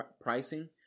pricing